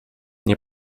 nie